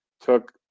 took